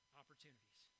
opportunities